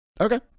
Okay